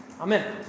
Amen